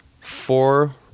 four